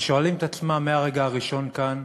ושואלים את עצמם מהרגע הראשון כאן: